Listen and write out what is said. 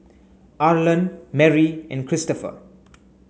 Arlen Marry and Christopher